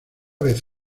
vez